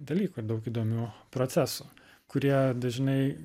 dalykų ir daug įdomių procesų kurie dažnai